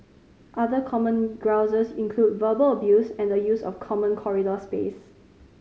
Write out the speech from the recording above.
other common grouses include verbal abuse and the use of common corridor space